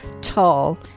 tall